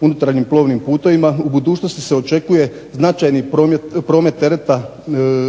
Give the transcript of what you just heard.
unutarnjim plovnim putevima u budućnosti se očekuje značajni promet tereta